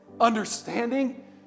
understanding